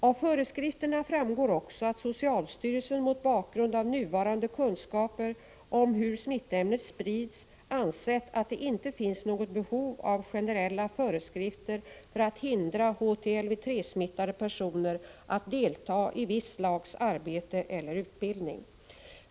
Av föreskrifterna framgår också att socialstyrelsen mot bakgrund av nuvarande kunskaper om hur smittämnet sprids ansett att det inte finns något behov av generella föreskrifter för att hindra HTLV-III-smittade personer att delta i visst slags arbete eller utbildning.